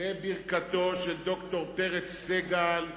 בברכתו של ד"ר פרץ סגל,